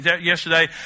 yesterday